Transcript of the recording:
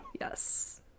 Yes